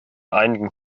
einigen